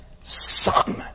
son